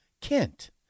Kent